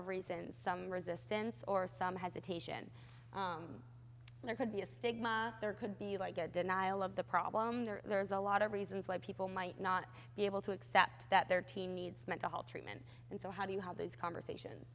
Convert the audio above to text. of reasons some resistance or some hesitation there could be a stigma there could be like a denial of the problem there there is a lot of reasons why people might not be able to accept that their teen needs mental health treatment and so how do you have these conversations